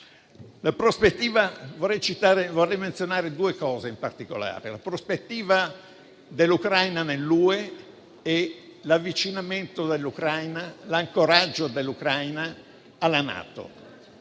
Vorrei menzionare due cose in particolare: la prospettiva dell'Ucraina nell'UE e l'avvicinamento e l'ancoraggio dell'Ucraina alla NATO.